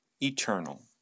eternal